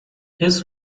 his